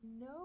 no